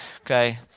Okay